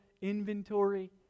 inventory